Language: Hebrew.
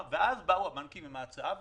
ואז באו הבנקים עם הצעה ואמרו: